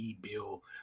bill